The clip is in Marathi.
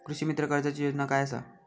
कृषीमित्र कर्जाची योजना काय असा?